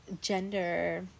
gender